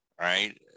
right